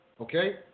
Okay